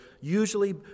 Usually